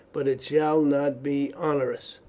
but it shall not be onerous.